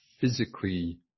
physically